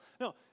No